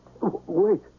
Wait